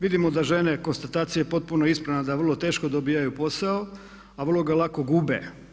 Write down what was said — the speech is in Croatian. Vidimo da žene, konstatacija je potpuno ispravna, da vrlo teško dobivaju posao, a vrlo ga lako gube.